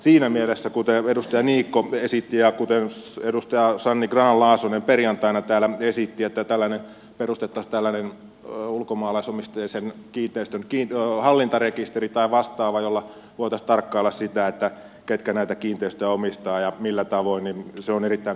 siinä mielessä kuten edustaja niikko esitti ja kuten edustaja sanni grahn laasonen perjantaina täällä esitti se että perustettaisiin tällainen ulkomaalaisomisteisten kiinteistöjen hallintarekisteri tai vastaava jolla voitaisiin tarkkailla sitä ketkä näitä kiinteistöjä omistavat ja millä tavoin on erittäin kannatettava ajatus